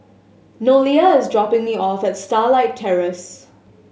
Nolia is dropping me off at Starlight Terrace